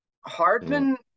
Hardman